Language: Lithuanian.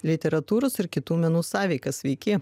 literatūros ir kitų menų sąveiką sveiki